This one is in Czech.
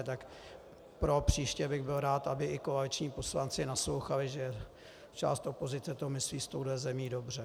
Tak propříště bych byl rád, aby i koaliční poslanci naslouchali, že část opozice to myslí s touhle zemí dobře.